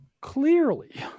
Clearly